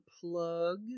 plug